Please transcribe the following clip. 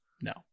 No